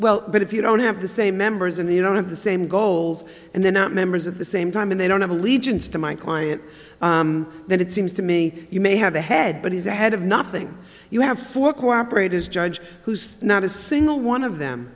well but if you don't have the same members and you don't have the same goals and they're not members of the same time and they don't have allegiance to my client then it seems to me you may have a head but he's a head of nothing you have four cooperators judge who's not a single one of them